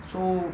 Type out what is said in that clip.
so